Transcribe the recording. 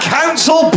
council